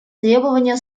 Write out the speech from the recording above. требования